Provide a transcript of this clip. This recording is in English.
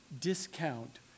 discount